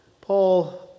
Paul